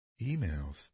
Emails